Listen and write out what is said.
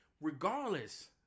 Regardless